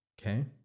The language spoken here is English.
Okay